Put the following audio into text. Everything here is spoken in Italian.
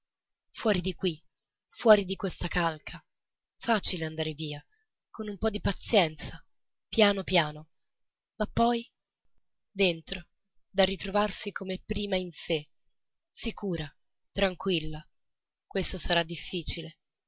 fuori di qui fuori di questa calca facile andar via con un po di pazienza piano piano ma poi dentro da ritrovarsi come prima in sé sicura tranquilla questo sarà difficile